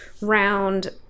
round